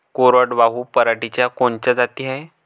कोरडवाहू पराटीच्या कोनच्या जाती हाये?